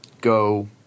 go